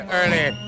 early